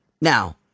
Now